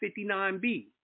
59B